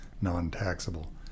non-taxable